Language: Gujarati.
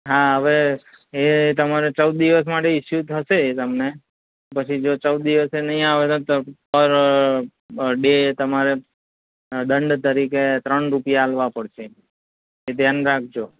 હા હવે એ તમારે ચૌદ દિવસ માટે ઇસ્યુ થશે તમને પછી જો ચૌદ દિવસે નહીં આવે તો પર ડે તમારે દંડ તરીકે ત્રણ રૂપિયા આપવા પડશે એ ધ્યાન રાખજો